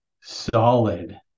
solid